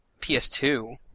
ps2